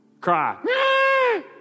Cry